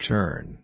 Turn